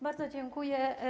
Bardzo dziękuję.